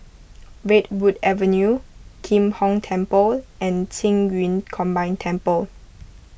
Redwood Avenue Kim Hong Temple and Qing Yun Combined Temple